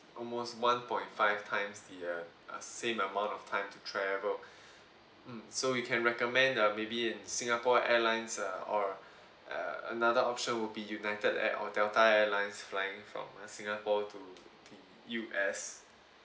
almost one point five times the uh a same amount of time to travel mm so we can recommend uh maybe singapore airlines uh or uh another option will be united at hotel thai airlines flying from uh singapore to the U_S